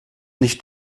nicht